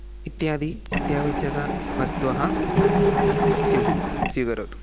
इत्यादि अत्यावश्यक वस्तु स्वीकरोतु